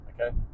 okay